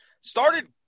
started